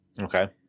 okay